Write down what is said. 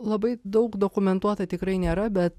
labai daug dokumentuota tikrai nėra bet